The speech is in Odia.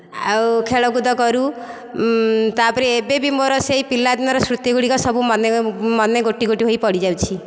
ଆଉ ଖେଳକୁଦ କରୁ ତା'ପରେ ଏବେ ବି ମୋର ସେହି ପିଲାଦିନର ସ୍ମୃତିଗୁଡ଼ିକ ସବୁ ମନେ ଗୋଟି ଗୋଟି ହୋଇ ପଡ଼ିଯାଉଛି